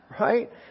Right